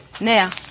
Now